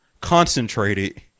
concentrated